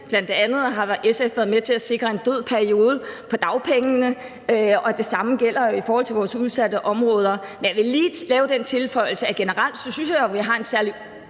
Bl.a. har SF været med til at sikre en død periode for dagpengene, og det samme gælder i forhold til vores udsatte områder. Men jeg vil lige lave den tilføjelse, at jeg jo generelt synes, at vi har en særlig